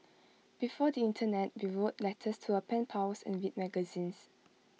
before the Internet we wrote letters to our pen pals and read magazines